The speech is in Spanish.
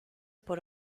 por